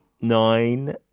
nine